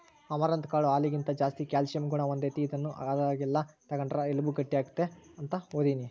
amaranth ಕಾಳು ಹಾಲಿಗಿಂತ ಜಾಸ್ತಿ ಕ್ಯಾಲ್ಸಿಯಂ ಗುಣ ಹೊಂದೆತೆ, ಇದನ್ನು ಆದಾಗೆಲ್ಲ ತಗಂಡ್ರ ಎಲುಬು ಗಟ್ಟಿಯಾಗ್ತತೆ ಅಂತ ಓದೀನಿ